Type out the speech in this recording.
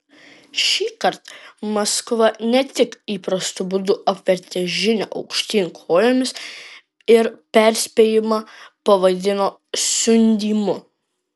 šįkart maskva ne tik įprastu būdu apvertė žinią aukštyn kojomis ir perspėjimą pavadino siundymu